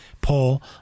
paul